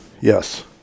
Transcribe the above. yes